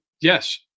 yes